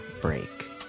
break